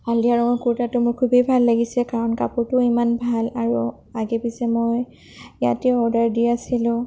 হালধীয়া ৰঙৰ কুৰ্টাটো মোৰ খুবেই ভাল লাগিছে কাৰণ কাপোৰটোও ইমান ভাল আৰু আগে পিছে মই ইয়াতে অৰ্ডাৰ দি আছিলোঁ